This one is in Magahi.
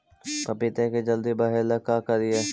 पपिता के जल्दी बढ़े ल का करिअई?